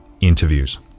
Interviews